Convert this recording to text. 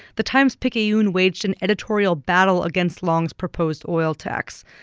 the times-picayune waged an editorial battle against long's proposed oil tax.